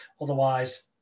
Otherwise